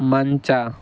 ಮಂಚ